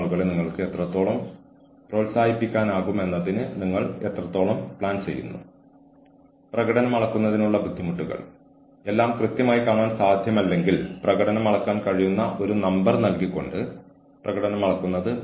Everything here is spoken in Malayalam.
നിങ്ങളുടെ തൊഴിൽ ജീവിതത്തിനും വ്യക്തിജീവിതത്തിനും കുടുംബജീവിതത്തിനും ഇടയിൽ വ്യക്തമായ അറകൾ ഉണ്ടായിരിക്കാൻ നിങ്ങൾ ആഗ്രഹിക്കുന്നുവെങ്കിൽ ഇത്തരത്തിലുള്ള സ്ഥാപനങ്ങൾ അല്ലെങ്കിൽ വ്യവസായ ടൌൺഷിപ്പുകൾ പോലും നിങ്ങൾക്കുള്ളതല്ല